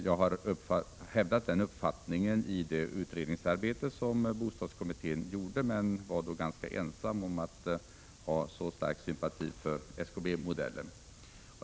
Jag har hävdat den uppfattningen i det utredningsarbete som bostadskommittén gjorde, men jag var då ganska ensam om att ha så stark sympati för SKB-modellen.